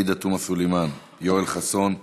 עאידה תומא סלימאן, יואל חסון.